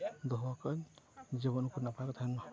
ᱫᱚᱦᱚ ᱟᱠᱟᱜ ᱟᱹᱧ ᱡᱮᱢᱚᱱ ᱩᱱᱠᱩ ᱱᱟᱯᱟᱭ ᱠᱚ ᱛᱟᱦᱮᱱ ᱢᱟ